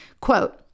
Quote